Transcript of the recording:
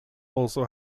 also